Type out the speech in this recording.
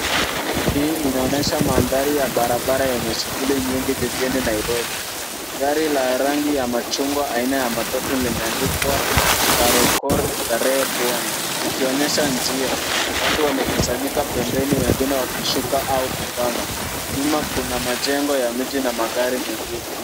Hii inaonyesha mandhari ya barabara yenye shughuli nyingi jijini Nairobi. Gari la rangi ya machungwa aina ya matatu limeandikwa Kariokor, Starehe, Pumwani likionyesha njia. Watu wamekusanyika pembeni wengine wakishuka au kupanga. Nyuma kuna majengo ya miji na magari mengine.